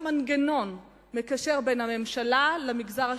מנגנון מקשר בין הממשלה לבין המגזר השלישי,